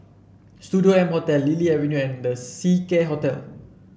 Studio M Hotel Lily Avenue and The Seacare Hotel